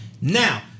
Now